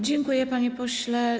Dziękuję, panie pośle.